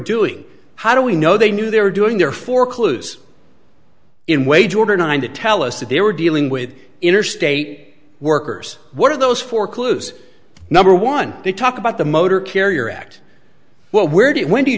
doing how do we know they knew they were doing there for clues in wage order nine to tell us that they were dealing with interstate workers one of those for clues number one they talk about the motor carrier act what where do you when